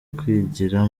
kwigira